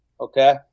okay